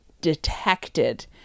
detected